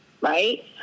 Right